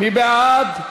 מי בעד?